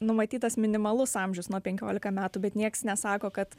numatytas minimalus amžius nuo penkiolika metų bet nieks nesako kad